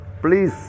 please